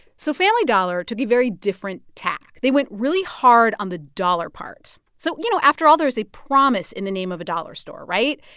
so family dollar took a very different tact. they went really hard on the dollar part. so, you know, after all, there is a promise in the name of a dollar store, right?